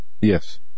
Yes